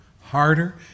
harder